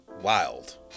wild